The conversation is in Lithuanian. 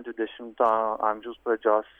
dvidešimto amžiaus pradžios